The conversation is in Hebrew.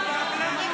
למה?